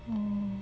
ohh